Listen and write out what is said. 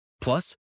Plus